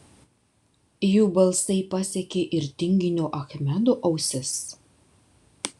jų balsai pasiekė ir tinginio achmedo ausis